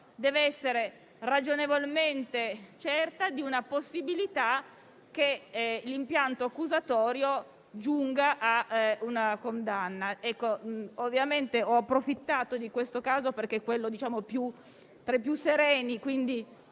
deve essere ragionevolmente certa della possibilità che l'impianto accusatorio possa far giungere a una condanna. Ho approfittato di questo caso perché è uno tra i più sereni.